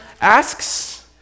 asks